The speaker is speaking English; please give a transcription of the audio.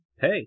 hey